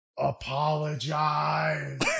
apologize